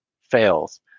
fails